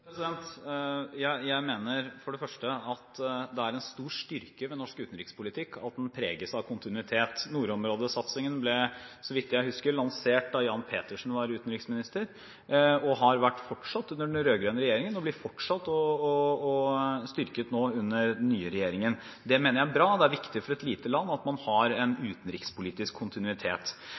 Jeg mener for det første at det er en stor styrke ved norsk utenrikspolitikk at den preges av kontinuitet. Nordområdesatsingen ble, så vidt jeg husker, lansert da Jan Petersen var utenriksminister. Den har blitt fortsatt under den rød-grønne regjeringen og blir nå fortsatt og styrket under den nye regjeringen. Det mener jeg er bra. Det er viktig for et lite land å ha en utenrikspolitisk kontinuitet. Vi har ikke foreslått at man skal innføre studieavgift, men vi har